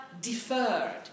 deferred